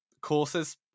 courses